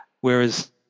Whereas